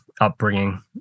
upbringing